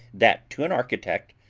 that, to an architect,